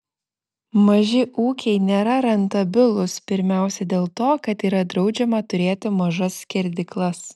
maži ūkiai nėra rentabilūs pirmiausia dėl to kad yra draudžiama turėti mažas skerdyklas